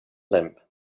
limb